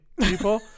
people